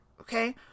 Okay